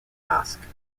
basques